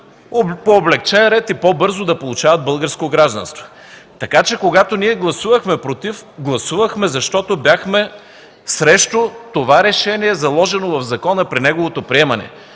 по облекчен ред и по-бързо да получават българско гражданство. Когато гласувахме „против”, гласувахме, защото бяхме срещу това решение, заложено в закона при неговото приемане,